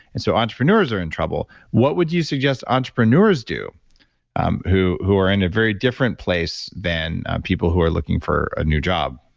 and so, entrepreneurs are in trouble. what would you suggest entrepreneurs do um who who are in a very different place than people who are looking for a new job?